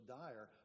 dire